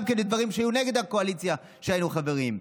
גם אם אלה היו דברים שהיו נגד הקואליציה שהיינו חברים בה.